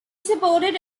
supported